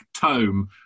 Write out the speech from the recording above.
tome